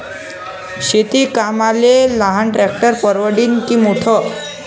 शेती कामाले लहान ट्रॅक्टर परवडीनं की मोठं?